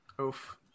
Oof